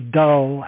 dull